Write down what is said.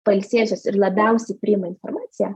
pailsėjusios ir labiausiai priima informaciją